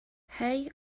hei